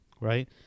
right